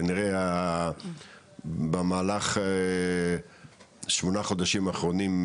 כנראה במהלך שמונה חודשים האחרונים,